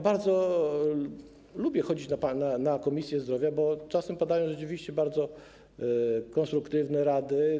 Bardzo lubię chodzić na posiedzenia Komisji Zdrowia, bo czasem padają tam rzeczywiście bardzo konstruktywne rady.